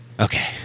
okay